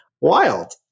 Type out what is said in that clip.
Wild